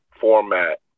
format